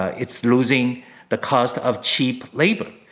ah it's losing the cost of cheap labor.